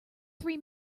three